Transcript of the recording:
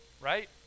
right